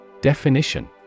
Definition